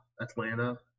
atlanta